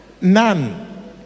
none